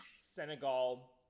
Senegal